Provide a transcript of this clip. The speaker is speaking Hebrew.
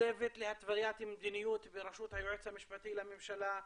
צוות להתוויית מדיניות בראשות היועץ המשפטי לממשלה,